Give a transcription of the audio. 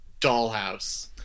Dollhouse